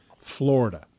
Florida